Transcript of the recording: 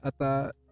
ata